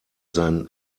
sein